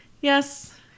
Yes